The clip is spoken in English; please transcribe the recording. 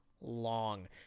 long